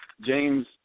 James